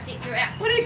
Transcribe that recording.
what